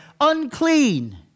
Unclean